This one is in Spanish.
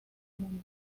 mundo